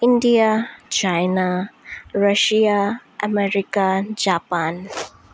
India China Russia America Japan